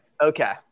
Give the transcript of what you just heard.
Okay